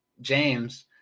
James